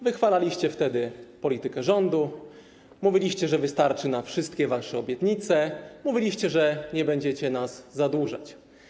Wychwalaliście wtedy politykę rządu, mówiliście, że wystarczy na wszystkie wasze obietnice, mówiliście, że nie będziecie nas zadłużać.